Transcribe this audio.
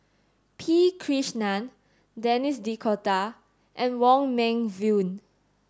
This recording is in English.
P Krishnan Denis D'Cotta and Wong Meng Voon